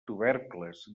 tubercles